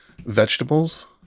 vegetables